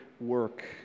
work